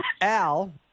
Al